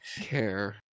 care